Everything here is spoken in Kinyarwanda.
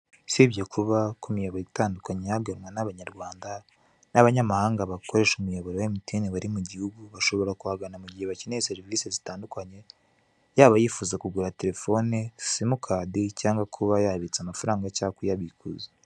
Usibye kuba ku miyoboro itandukanye haganwa n'abanyarwanda, n'abanyamahanga bakoresha umuyoboro bari mu gihugu bashobora kuhagana mu gihe serivise zitandukanye, yaba yifuza kugura telefone, simukadi cyangwa kuba yabitsa amafaranga cyangwa kuyabikuza.